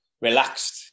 relaxed